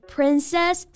Princess